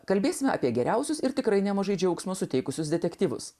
kalbėsime apie geriausius ir tikrai nemažai džiaugsmo suteikusius detektyvus